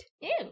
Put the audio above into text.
Ew